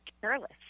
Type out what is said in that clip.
careless